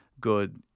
good